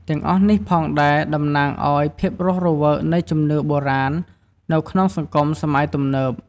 ទាំងអស់នេះផងដែរតំណាងឱ្យភាពរស់រវើកនៃជំនឿបុរាណនៅក្នុងសង្គមសម័យទំនើប។